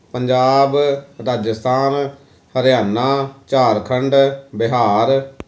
Punjab Rajasthan Haryana Jharkhand Bihar